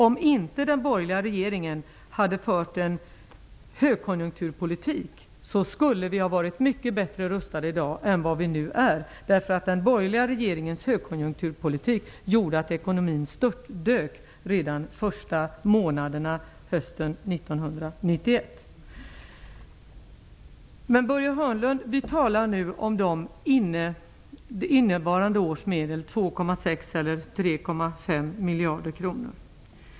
Om inte den borgerliga regeringen hade fört en högkonjunkturpolitik, skulle vi ha varit mycket bättre rustade i dag än vi nu är. Den borgerliga regeringens högkonjunkturpolitik gjorde att ekonomin störtdök redan de första månaderna hösten 1991. Nu talar vi, Börje Hörnlund, om det innevarande årets medel, 2,6 eller 3,5 miljarder kronor.